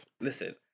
listen